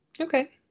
Okay